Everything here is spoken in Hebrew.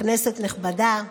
כנסת נכבדה,